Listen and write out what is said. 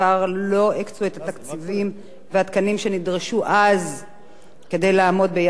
הקצו את התקציב והתקנים שנדרשו אז כדי לעמוד ביעדי החוק.